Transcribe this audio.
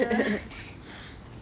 ya